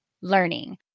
learning